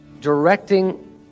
directing